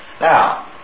Now